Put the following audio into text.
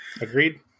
Agreed